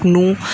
ਨੂੰ